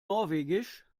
norwegisch